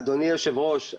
אדוני היושב-ראש,